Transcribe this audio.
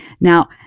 Now